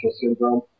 syndrome